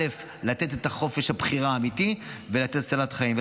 לתת את חופש הבחירה האמיתי ולתת הצלת חיים?